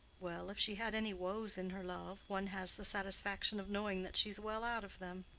well, if she had any woes in her love, one has the satisfaction of knowing that she's well out of them.